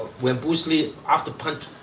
when bruce lee have to punch,